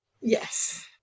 Yes